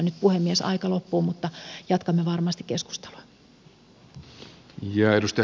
nyt puhemies aika loppuu mutta jatkamme varmasti keskustelua